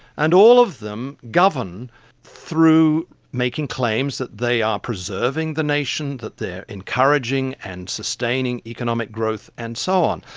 and all of them govern through making claims that they are preserving the nation, that they are encouraging and sustaining economic growth and so on.